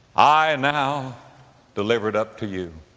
i now deliver it up to you.